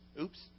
Oops